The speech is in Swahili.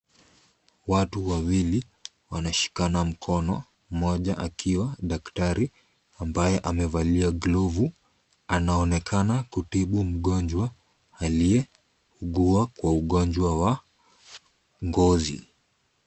Watu wawili wanashikana mkono mmoja akiwa daktari ambaye amevalia glovu anaonekana kutibu mgonjwa aliyeugua kwa ugonjwa wa ngozi.